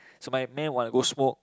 so my man want go smoke